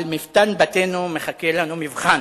על מפתן בתינו מחכה לנו מבחן,